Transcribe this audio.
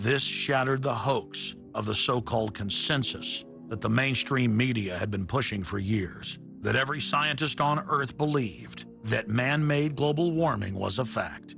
this shattered the hoax of the so called consensus that the mainstream media had been pushing for years that every scientist on earth believed that manmade global warming was a fact